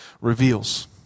reveals